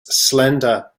slender